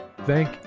Thank